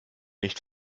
nicht